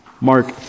Mark